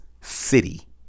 city